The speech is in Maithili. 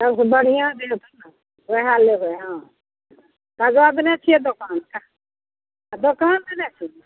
सबसे बढ़िआँ जे होयतै ने ओएह लेबै हँ सजा देने छियै दोकानके आ दोकान कयने छी